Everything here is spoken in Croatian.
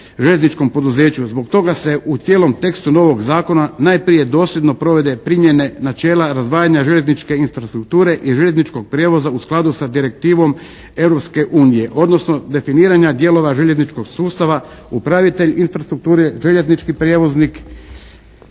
željezničkom poduzeću. Zbog toga se u cijelom tekstu novog zakona najprije dosljedno provode primjene načela razdvajanja željezničke infrastrukture i željezničkog prijevoza u skladu s Direktivom Europske unije, odnosno definiranja dijelova željezničkog sustava upravitelj infrastrukture, željeznički prijevoznik